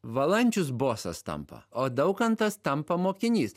valančius bosas tampa o daukantas tampa mokinys